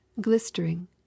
GLISTERING